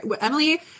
Emily